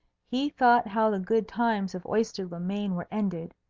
he thought how the good times of oyster-le-main were ended,